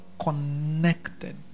connected